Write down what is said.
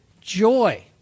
joy